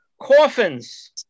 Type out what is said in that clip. coffins